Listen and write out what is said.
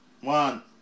One